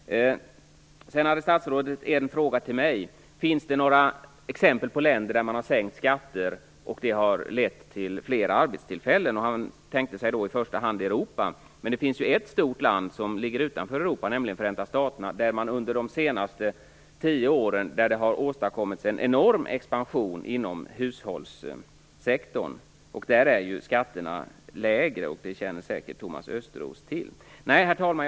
Statsrådet ställde en fråga till mig: Finns det några exempel på länder som har sänkt skatter och det har lett till flera arbetstillfällen? Han tänkte sig då i första hand Europa. Men det finns ju ett stort land som ligger utanför Europa, nämligen Förenta staterna, där det under de senaste tio åren har åstadkommits en enorm expansion inom hushållssektorn. Där är ju skatterna lägre, som Thomas Östros säkert känner till. Herr talman!